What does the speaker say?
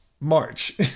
March